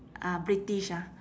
uh british ah